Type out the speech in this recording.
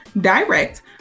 direct